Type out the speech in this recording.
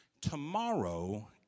tomorrow